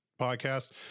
podcast